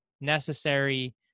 necessary